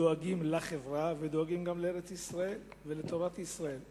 דואגים לחברה ודואגים גם לארץ-ישראל ולטובת ישראל.